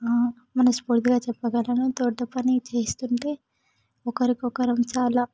మనస్పూర్తిగా చెప్పగలను తోట పని చేస్తూ ఉంటే ఒకరికొకరం చాలా